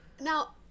Now